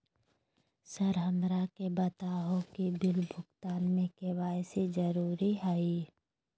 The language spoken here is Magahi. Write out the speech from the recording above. सर हमरा के बताओ कि बिल भुगतान में के.वाई.सी जरूरी हाई?